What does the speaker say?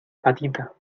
patita